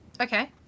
Okay